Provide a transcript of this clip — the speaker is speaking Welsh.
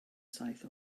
saith